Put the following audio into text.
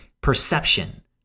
perception